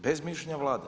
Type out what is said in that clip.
Bez mišljenja Vlade.